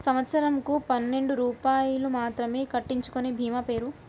సంవత్సరంకు పన్నెండు రూపాయలు మాత్రమే కట్టించుకొనే భీమా పేరు?